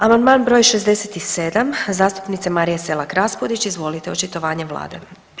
Amandman br. 67. zastupnice Marije Selak Raspudić, izvolite očitovanje vlade.